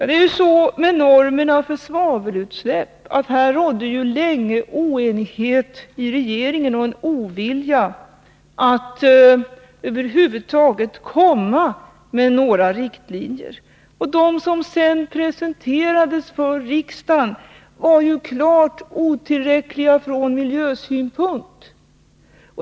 Det rådde länge en oenighet i regeringen om normerna för svavelutsläpp och en ovilja att över huvud taget komma med några riktlinjer. De riktlinjer som sedan presenterades för riksdagen var klart otillräckliga från miljösynpunkt.